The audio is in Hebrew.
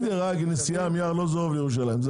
בסדר, נסיעה מארלוזורוב לירושלים.